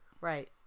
right